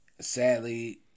Sadly